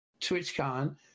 TwitchCon